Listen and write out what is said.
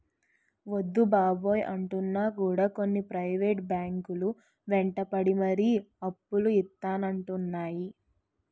వద్దు బాబోయ్ అంటున్నా కూడా కొన్ని ప్రైవేట్ బ్యాంకు లు వెంటపడి మరీ అప్పులు ఇత్తానంటున్నాయి